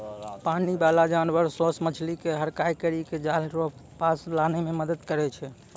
पानी बाला जानवर सोस मछली के हड़काय करी के जाल रो पास लानै मे मदद करै छै